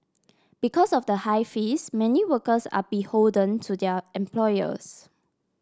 because of the high fees many workers are beholden to their employers